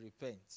repent